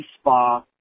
Spa